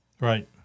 Right